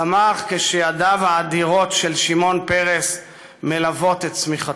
צמח כשידיו האדירות של שמעון פרס מלוות את צמיחתו.